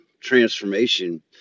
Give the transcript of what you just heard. transformation